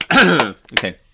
Okay